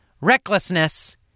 recklessness